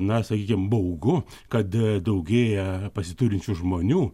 na sakykim baugu kad daugėja pasiturinčių žmonių